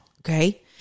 okay